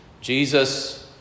Jesus